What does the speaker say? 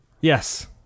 Yes